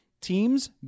teams